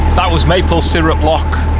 that was maple syrup lock.